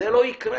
זה לא יקרה.